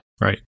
Right